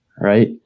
right